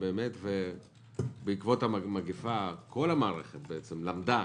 ובעקבות המגיפה כל המערכת למדה